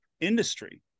industry